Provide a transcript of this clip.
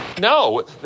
No